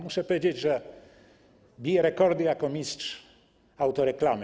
Muszę powiedzieć, że bije rekordy jako mistrz autoreklamy.